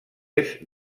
est